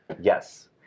Yes